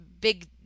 big